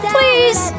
Please